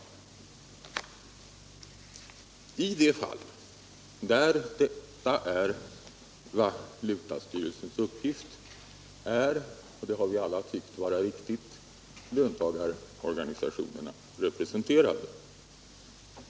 I de fall där detta är valutastyrelsens uppgift är — det har vi alla tyckt vara riktigt — löntagarorganisationerna representerade.